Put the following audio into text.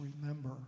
remember